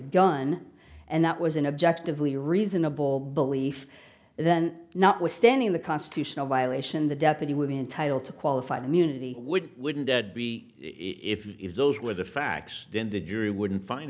gun and that was an object of lee reasonable belief then notwithstanding the constitutional violation the deputy would be entitled to qualified immunity would wouldn't that be if if those were the facts then the jury wouldn't find